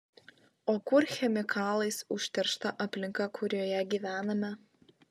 o kur chemikalais užteršta aplinka kurioje gyvename